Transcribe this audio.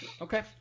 Okay